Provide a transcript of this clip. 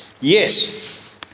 Yes